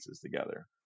together